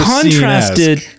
Contrasted